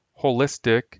holistic